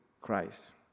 Christ